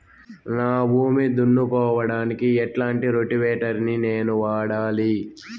నా భూమి దున్నుకోవడానికి ఎట్లాంటి రోటివేటర్ ని నేను వాడాలి?